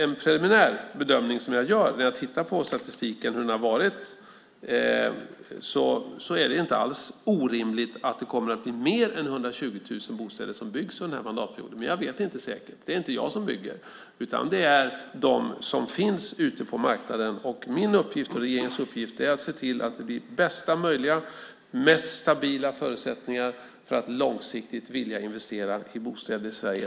En preliminär bedömning som jag gör när jag tittar på statistiken är att det inte alls är orimligt att det kommer att byggas fler än 120 000 bostäder under mandatperioden, men jag vet inte säkert. Det är inte jag som bygger utan de som finns ute på marknaden. Min och regeringens uppgift är att skapa bästa möjliga och stabila förutsättningar för att man långsiktigt ska vilja investera i bostäder i Sverige.